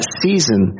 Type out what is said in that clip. season